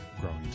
growing